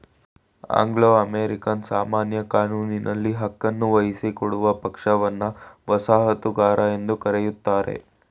Anglo American ಸಾಮಾನ್ಯ ಕಾನೂನಿನಲ್ಲಿ ಹಕ್ಕನ್ನು ವಹಿಸಿಕೊಡುವ ಪಕ್ಷವನ್ನ ವಸಾಹತುಗಾರ ಎಂದು ಕರೆಯುತ್ತಾರೆ